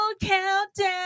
Countdown